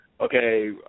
okay